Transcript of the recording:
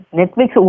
Netflix